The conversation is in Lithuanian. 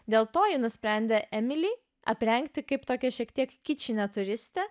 dėl to ji nusprendė emilį aprengti kaip tokią šiek tiek kičinę turistę